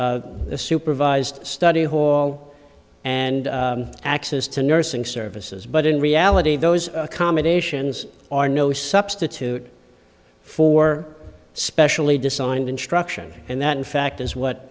the supervised study hall and access to nursing services but in reality those accommodations are no substitute for specially designed instruction and that in fact is what